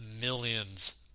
millions